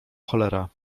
cholera